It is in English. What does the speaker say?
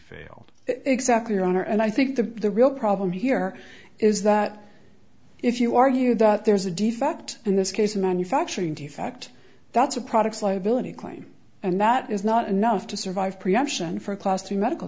failed exactly your honor and i think the the real problem here is that if you argue that there's a defect in this case a manufacturing defect that's a products liability claim and that is not enough to survive production for a class to medical